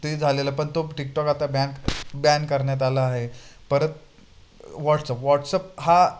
ते झालेलं पण तो टिकटॉक आता बॅन बॅन करण्यात आला आहे परत व्हॉट्सअप व्हॉट्सअप हा